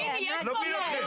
לא מבין אתכם.